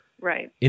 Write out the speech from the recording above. Right